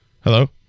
Hello